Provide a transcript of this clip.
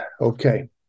Okay